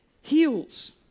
heals